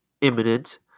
imminent